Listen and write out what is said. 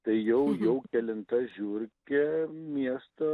tai jau jau kelinta žiurkė miesto